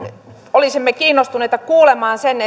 olisimme kiinnostuneita kuulemaan myöskin sen